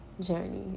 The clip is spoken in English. journey